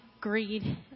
greed